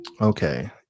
Okay